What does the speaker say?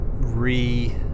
re